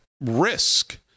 risk